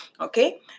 Okay